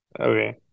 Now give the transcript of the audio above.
Okay